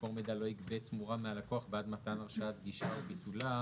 "מקור מידע לא יגבה תמורה מהלקוח בעד מתן הרשאת גישה או ביטולה,